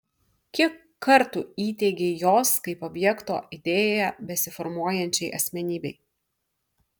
kiek kartų įteigei jos kaip objekto idėją besiformuojančiai asmenybei